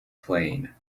plane